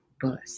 bus